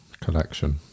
collection